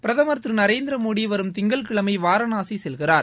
பிரதமர் திரு நரேந்திர மோடி வரும் திங்கட்கிழமை வாரணாசி செல்கிறார்